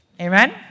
Amen